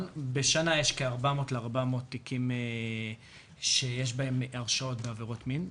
בשנה יש כ-400 תיקים שיש בהם הרשעות בעבירות מין.